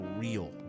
real